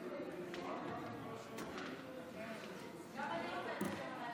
גם אני רוצה לדבר,